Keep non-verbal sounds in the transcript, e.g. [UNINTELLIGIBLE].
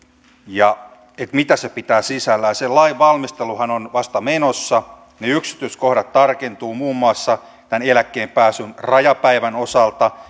mitä se pitää sisällään sen lain valmisteluhan on vasta menossa ne yksityiskohdat tarkentuvat muun muassa tämän eläkkeellepääsyn rajapäivän osalta [UNINTELLIGIBLE]